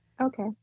okay